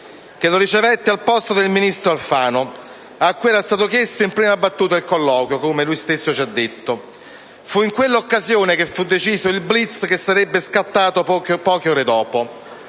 che lo ricevette al posto del ministro Alfano, cui era stato chiesto in prima battuta il colloquio, come lui stesso ci ha detto. Fu in quella occasione che fu deciso il *blitz* scattato poche ore dopo.